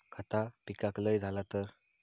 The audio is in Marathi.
खता पिकाक लय झाला तर?